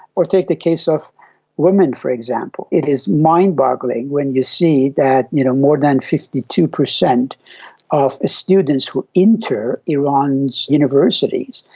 take the case of women, for example. it is mind-boggling when you see that you know more than fifty two percent of ah students who enter iran's universities,